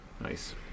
Nice